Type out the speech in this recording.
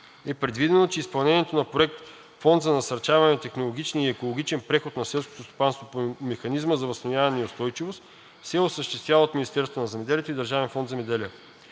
е предвидено, че изпълнението на проект „Фонд за насърчаване на технологичния и екологичен преход на селското стопанство“ по Механизма за възстановяване и устойчивост се осъществява от Министерството на земеделието и Държавен фонд „Земеделие“.